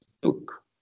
book